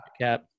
cap